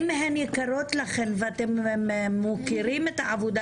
אם הן יקרות לכם ואתם מוקירים את העבודה